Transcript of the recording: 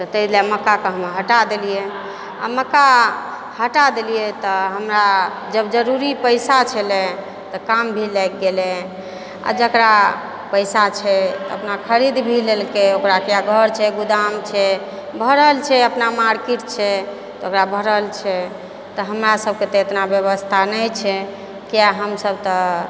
तऽ ताहि लेल मक्काके हम हटा देलियै आ मक्का हटा देलियै तऽ हमरा जब जरूरी पैसा छलै तऽ काम भी लागि गेलै आ जकरा पैसा छै अपना खरीद भी लेलकै ओकरा किया घर छै गोदाम छै भरल छै अपना मार्किट छै तऽ ओकरा भरल छै तऽ हमरासभके तऽ एतना व्यवस्था नहि छै किया हमसभ तऽ